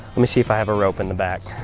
let me see if i have a rope in the back.